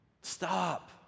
stop